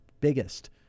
biggest